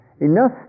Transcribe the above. enough